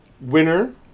winner